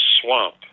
swamp